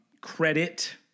credit